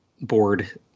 board